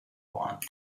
want